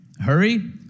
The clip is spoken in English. Hurry